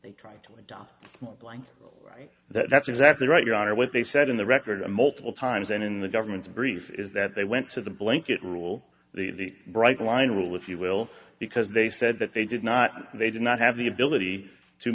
they tried to adopt a blanket right that's exactly right your honor what they said in the record multiple times and in the government's brief is that they went to the blanket rule the bright line rule if you will because they said that they did not they did not have the ability to